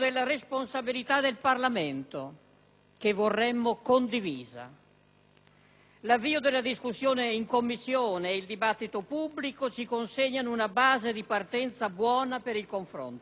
L'avvio della discussione in Commissione e il dibattito pubblico ci consegnano una base di partenza buona per il confronto; tocca a noi ora arrivare ad un punto di sintesi,